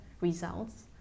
results